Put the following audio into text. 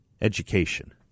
education